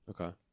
Okay